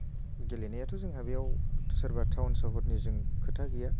गेलेनायाथ' जोंहा बेयाव सोरबा थाउन सहरनिजों खोथा गैया